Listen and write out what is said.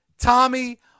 Tommy